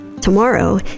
tomorrow